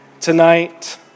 tonight